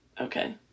Okay